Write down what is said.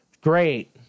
great